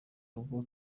rugo